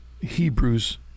Hebrews